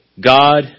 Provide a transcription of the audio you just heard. God